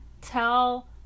tell